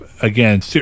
again